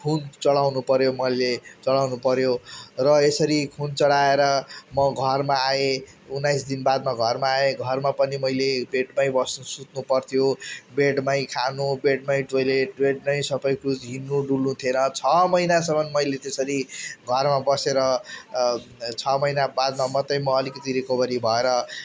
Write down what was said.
खुन चढाउनु पर्यो मैले चढाउनु पर्यो र यसरी खुन चढाएर म घरमा आएँ उन्नाइस दिन बादमा घरमा आएँ घरमा पनि मैले बेडमै बस्नु सुत्नु पर्थ्यो बेडमै खानु बेडमै टोइलेट बेडमै सब कुछ हिँड्नु डुल्नु थिएन छ महिनासम्म मैले त्यसरी घरमा बसेर छ महिना बादमा मात्रै म अलिकिति रिकभरी भएर